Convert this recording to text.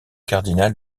cardinal